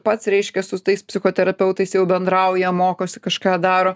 pats reiškia su tais psichoterapeutais jau bendrauja mokosi kažką daro